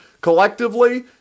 collectively